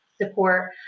support